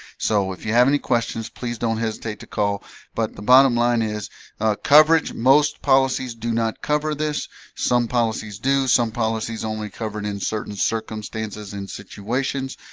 so if you have any questions please don't hesitate to call but the bottom line is coverage most policies do not cover this some policies do some policies only covered in certain circumstances and situations